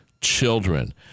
children